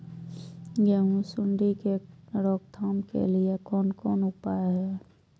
गेहूँ सुंडी के रोकथाम के लिये कोन कोन उपाय हय?